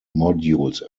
modules